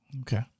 Okay